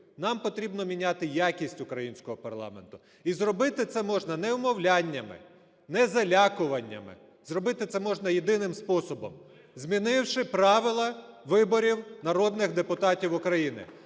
Нам потрібно міняти якість українського парламенту, і зробити це можна не вмовляннями, не залякуваннями, зробити це можна єдиним способом - змінивши правила виборів народних депутатів України,